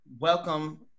welcome